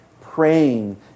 praying